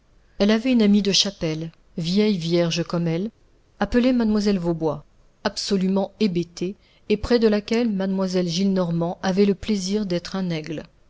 elle avait une amie de chapelle vieille vierge comme elle appelée mlle vaubois absolument hébétée et près de laquelle mlle gillenormand avait le plaisir d'être un aigle